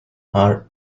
hard